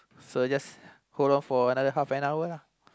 so just hold on for another half an hour lah